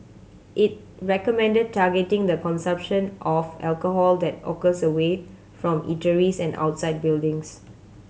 it recommended targeting the consumption of alcohol that occurs away from eateries and outside buildings